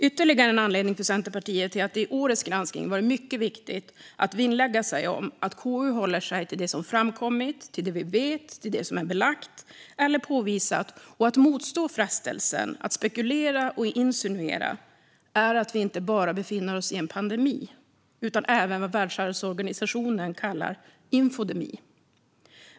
Ytterligare en anledning för Centerpartiet till att det i årets granskning varit mycket viktigt att vinnlägga sig om att KU håller sig till det som framkommit, till det vi vet, till det som är belagt eller påvisat, och att motstå frestelsen att spekulera och insinuera, är att vi inte bara befinner oss i en pandemi, utan även vad Världshälsoorganisationen kallar infodemi.